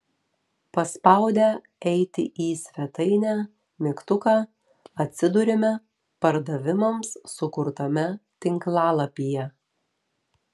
paspaudę eiti į svetainę mygtuką atsiduriame pardavimams sukurtame tinklalapyje